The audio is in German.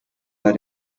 bei